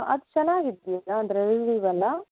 ಅದು ಚೆನ್ನಾಗಿ ಇದೆಯಲ್ಲಾ ಅಂದರೆ ರಿವ್ಯೂ ಎಲ್ಲ